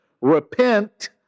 repent